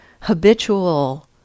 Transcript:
habitual